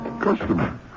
Customer